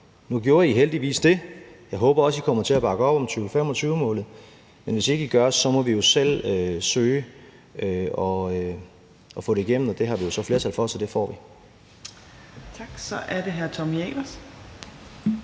Nu gjorde I heldigvis dét. Jeg håber også, at I kommer til at bakke op om 2025-målet, men hvis ikke I gør det, må vi selv søge at få det igennem. Og det har vi jo så flertal for, så det får vi. Kl. 18:14 Fjerde